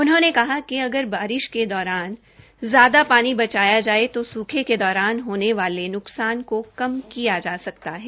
उन्होंने कहा कि अगर बारिश के दौरान ज्यादा पानी बचाया जाये तो सूखें के दौरान होने वाले नुकसान को कम किया जा सकता है